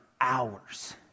hours